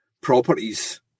properties